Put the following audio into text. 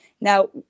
Now